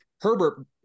Herbert